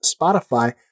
Spotify